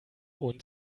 und